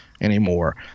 anymore